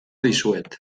dizuet